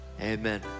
amen